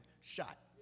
shot